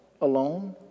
alone